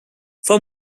for